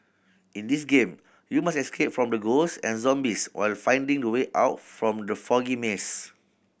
in this game you must escape from the ghost and zombies while finding the way out from the foggy maze